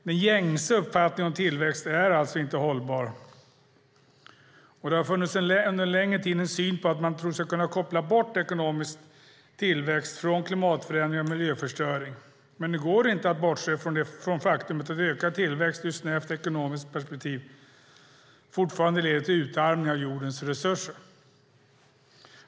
Den gängse uppfattningen om tillväxt är alltså inte hållbar. Det har under en längre tid funnits en syn där man trott sig kunna koppla bort ekonomisk tillväxt från klimatförändringar och miljöförstöring, men det går inte att bortse från det faktum att ökad tillväxt ur ett snävt ekonomiskt perspektiv fortfarande leder till en utarmning av jordens resurser.